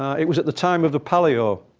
it was at the time of the palio,